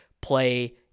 play